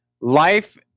Life